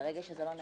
ברגע שזה לא נדון.